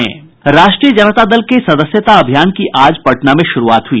राष्ट्रीय जनता दल के सदस्यता अभियान की आज पटना में शुरूआत हुई